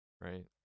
Right